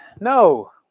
No